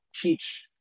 teach